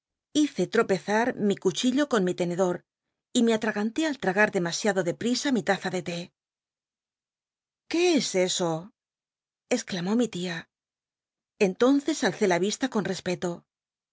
hice llopczar mi cuchillo con mi tenedor y me atraganté al tragar demasiado dcpl'isa mi taza de té q ué es eso exclamó mi tia eotonces alcé la vista con espeto